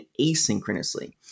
asynchronously